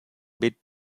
bit